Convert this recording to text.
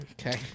Okay